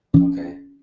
okay